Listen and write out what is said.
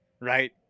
right